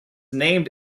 named